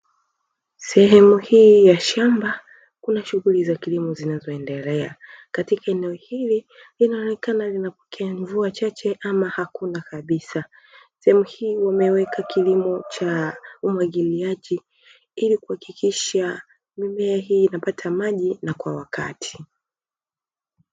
Sehemu hii ya shamba kuna shughuli za kilimo zinazoendelea, katika eneo hili linaonekana linapokea mvua chache ama hakuna kabisa. Sehemu hii wameweka kilimo cha umwagiliaji ili kuhakikisha mimea hii inapata maji na kwa wakati.